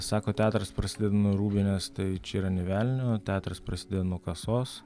sako teatras prasideda nuo rūbinės tai čia yra nė velnio teatras prasideda nuo kasos